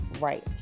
right